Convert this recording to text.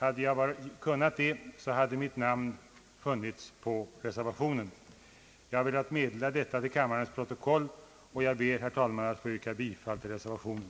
Om jag kunnat delta, hade mitt namn funnits under reservationen. Jag har velat meddela detta till kammarens protokoll, och jag ber, herr talman, att få yrka bifall till reservationen.